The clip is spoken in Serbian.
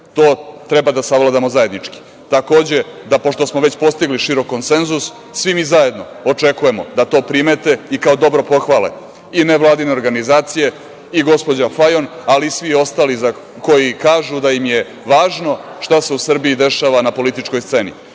To treba da sagledamo zajednički. Takođe, pošto smo već postigli širok konsenzus, svi mi zajedno očekujemo da to primete i kao dobro pohvale i nevladine organizacije i gospođa Fajon, ali i svi ostale koji kažu da im je važno šta se u Srbiji dešava na političkoj sceni.